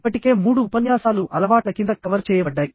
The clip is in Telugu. ఇప్పటికే మూడు ఉపన్యాసాలు అలవాట్ల కింద కవర్ చేయబడ్డాయి